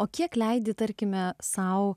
o kiek leidi tarkime sau